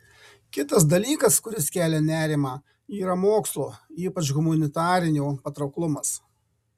kitas dalykas kuris kelia nerimą yra mokslo ypač humanitarinio patrauklumas